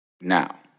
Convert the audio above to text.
now